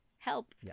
Help